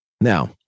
now